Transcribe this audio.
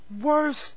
Worst